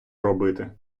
робити